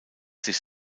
sich